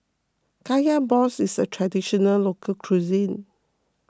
Kaya Balls is a Traditional Local Cuisine